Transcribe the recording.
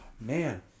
man